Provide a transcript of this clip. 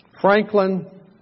Franklin